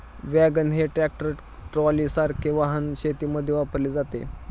wagon हे tractor ट्रॉलीसारखे वाहन शेतीमध्ये वापरले जाते